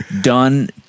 done